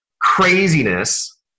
craziness